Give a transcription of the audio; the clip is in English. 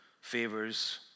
Favors